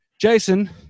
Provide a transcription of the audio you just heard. jason